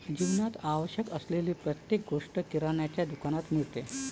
जीवनात आवश्यक असलेली प्रत्येक गोष्ट किराण्याच्या दुकानात मिळते